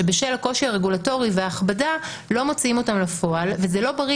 שבשל הקושי הרגולטורי וההכבדה לא מוציאים אותן לפועל וזה לא בריא,